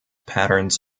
patterns